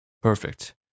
Perfect